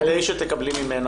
כדי שתקבלי ממנה